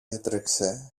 έτρεξε